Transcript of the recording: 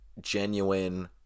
genuine